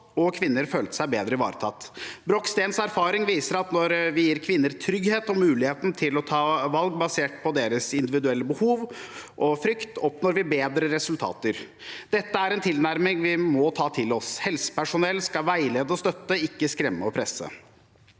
og kvinner følte seg bedre ivaretatt. Brook Steens erfaring viser at når vi gir kvinner trygghet og muligheten til å ta valg basert på deres individuelle behov og frykt, oppnår vi bedre resultater. Dette er en tilnærming vi må ta til oss. Helsepersonell skal veilede og støtte, ikke skremme og presse.